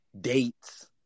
dates